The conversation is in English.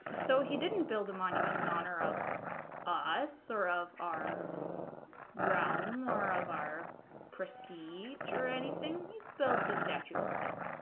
so he didn't build a monument in honor of us or of our realm or of our prestige or anything he built a statue of himself